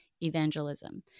evangelism